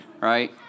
right